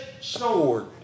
sword